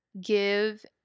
give